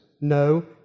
No